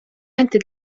anti